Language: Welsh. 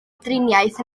driniaeth